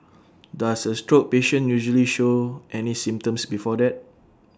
does A stroke patient usually show any symptoms before that